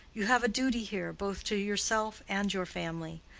you have a duty here both to yourself and your family.